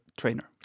trainer